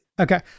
Okay